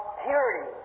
purity